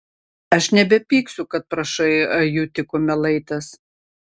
aš nebepyksiu kad prašai ajutį kumelaitės